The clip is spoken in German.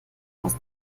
aus